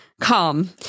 calm